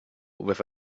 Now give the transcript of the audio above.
with